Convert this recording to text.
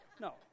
no